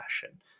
fashion